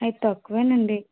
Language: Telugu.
అవి తక్కువేనండి